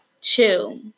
chill